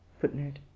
Footnote